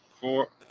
four